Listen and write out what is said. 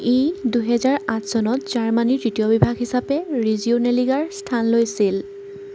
ই দুহেজাৰ আঠ চনত জাৰ্মানীৰ তৃতীয় বিভাগ হিচাপে ৰিজিয়নেলিগাৰ স্থান লৈছিল